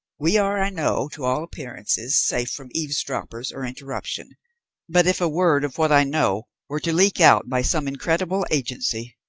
we are, i know, to all appearances, safe from eavesdroppers or interruption but, if a word of what i know were to leak out by some incredible agency,